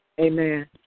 Amen